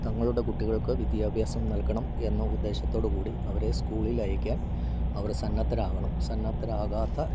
തങ്ങളുടെ കുട്ടികൾക്ക് വിദ്യാഭ്യാസം നൽകണം എന്ന ഉദ്ദേശത്തോടു കൂടി അവരെ സ്കൂളിൽ അയക്കാൻ അവർ സന്നദ്ധരാകണം സന്നദ്ധരാകാത്ത